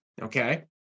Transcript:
Okay